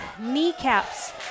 kneecaps